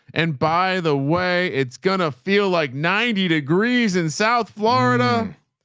and by the way, it's going to feel like ninety degrees in south florida,